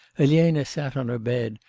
elena sat on her bed,